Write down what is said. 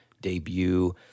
debut